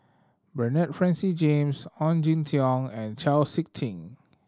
Bernard Francis James Ong Jin Teong and Chau Sik Ting